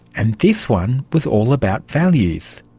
and this one was all about values.